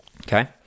Okay